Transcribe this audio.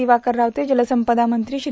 दिवाकर राक्ते जलसंपदा मंत्री श्री